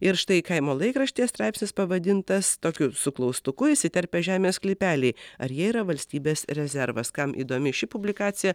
ir štai kaimo laikraštyje straipsnis pavadintas tokiu su klaustuku įsiterpė žemės sklypelį ar jie yra valstybės rezervas kam įdomi ši publikacija